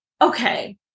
okay